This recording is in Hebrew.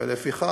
ולפיכך,